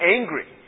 angry